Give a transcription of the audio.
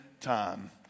time